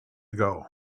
ago